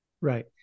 Right